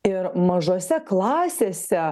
ir mažose klasėse